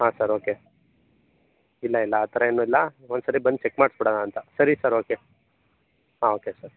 ಹಾಂ sir okay ಇಲ್ಲ ಇಲ್ಲ ಆ ಥರ ಏನು ಇಲ್ಲ ಒಂದ್ಸರಿ ಬಂದು ಚೆಕ್ ಮಾಡಿಸ್ಬಿಡೋಣ ಅಂತ ಸರಿ ಸರ್ ಓಕೆ ಹಾಂ ಓಕೆ ಸರ್